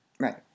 Right